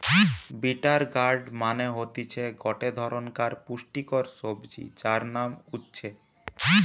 bitter gourd মানে হতিছে গটে ধরণকার পুষ্টিকর সবজি যার নাম উচ্ছে